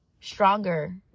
stronger